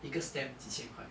一个 stem 几千块